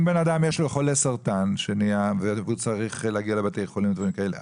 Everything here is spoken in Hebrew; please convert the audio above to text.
אם בן אדם חולה סרטן והוא צריך להגיע לבתי חולים ודברים כאלה,